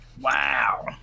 Wow